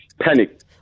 Panic